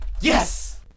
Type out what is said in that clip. Yes